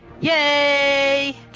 Yay